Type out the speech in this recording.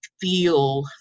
feel